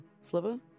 sliver